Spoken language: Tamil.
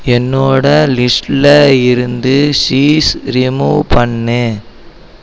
என்னோடய லிஸ்ட்டில் இருந்து சீஸ் ரிமூவ் பண்ணு